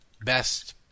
best